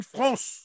France